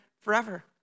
forever